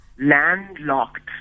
landlocked